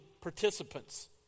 participants